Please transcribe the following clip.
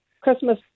Christmas